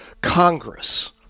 Congress